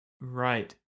Right